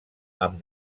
amb